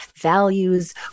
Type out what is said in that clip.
values